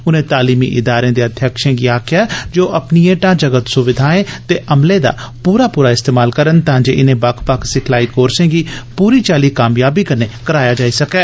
उनें तालीमी इदारें दे अध्यक्षें गी आक्खेआ जे ओह् अपनिए ढ़ांचागत सुविघाएं ते अमले दा पूरा पूरा इस्तमाल करन तां जे इनें बक्ख बक्ख सिखलाई कोर्स गी पूरी चाली कामयाबी कन्नै कराया जाई सकै